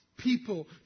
people